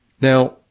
Now